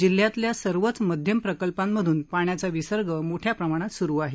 जिल्ह्यातील सर्वच मध्यम प्रकल्पांमधून पाण्याचा विसर्ग मोठ्या प्रमाणात सुरू आहे